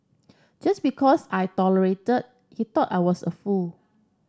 just because I tolerated he thought I was a fool